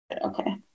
Okay